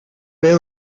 ver